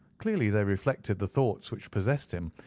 clearly they reflected the thoughts which possessed him,